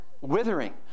withering